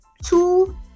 two